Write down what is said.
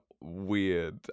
weird